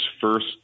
first